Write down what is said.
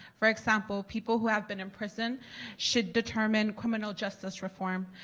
for example people who have been in prison should determine criminal justice reform.